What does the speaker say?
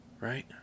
Right